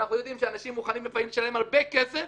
אנחנו יודעים שאנשים מוכנים לפעמים לשלם הרבה כסף,